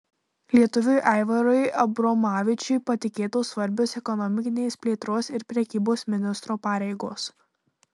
lietuviui aivarui abromavičiui patikėtos svarbios ekonominės plėtros ir prekybos ministro pareigos